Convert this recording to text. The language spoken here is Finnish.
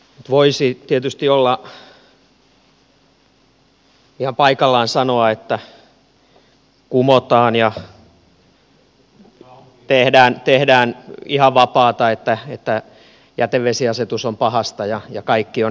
voisi tietysti olla ihan paikallaan sanoa että kumotaan tämä ja tehdään tästä ihan vapaata että jätevesiasetus on pahasta ja kaikki on näin